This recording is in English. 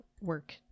work